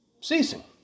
ceasing